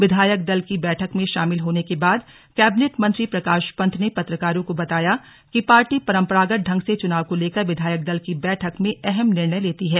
विधायक दल की बैठक में शामिल होने के बाद कैबिनेट मंत्री प्रकाश पंत ने पत्रकारों को बताया कि पार्टी पंरपरागत ढंग से चुनाव को लेकर विधायक दल की बैठक में अहम निर्णय लेती है